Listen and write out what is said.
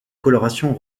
coloration